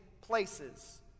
places